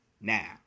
now